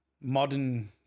Modern